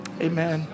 Amen